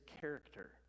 character